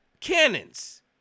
cannons